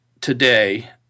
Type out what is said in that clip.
today